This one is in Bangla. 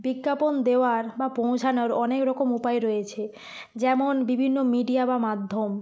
বিজ্ঞাপন দেওয়ার বা পৌঁছানোর অনেক রকম উপায় রয়েছে যেমন বিভিন্ন মিডিয়া বা মাধ্যম